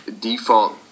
default